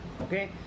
Okay